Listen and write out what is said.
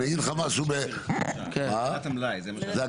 להגדלת המלאי.